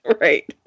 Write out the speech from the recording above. Right